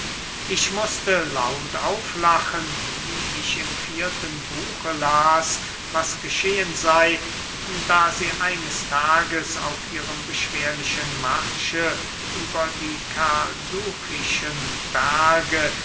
ich mußte laut auflachen wie ich im vierten buche las was geschehen sey da sie eines tages auf ihrem beschwerlichen marsche über die karduchischen berge